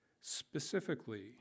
specifically